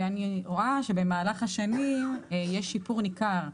ואני רואה שבמהלך השנים יש שיפור ניכר.